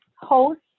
host